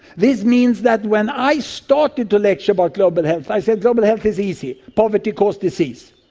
this means that when i started to lecture about global health i said global health is easy, poverty causes disease.